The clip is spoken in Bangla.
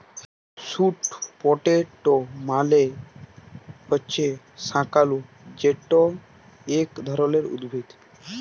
স্যুট পটেট মালে হছে শাঁকালু যেট ইক ধরলের উদ্ভিদ